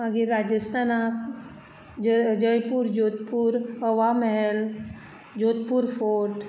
मागीर राजस्थानाक जय जयपूर जोधपूर हवामेहल जोधपूर फोर्ट